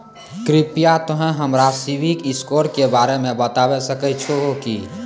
कृपया तोंय हमरा सिविल स्कोरो के बारे मे बताबै सकै छहो कि?